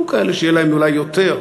יהיו כאלה שיהיה להם אולי יותר,